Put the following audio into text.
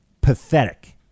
pathetic